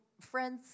friends